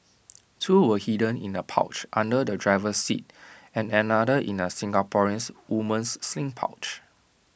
two were hidden in A pouch under the driver's seat and another in A Singaporean woman's sling pouch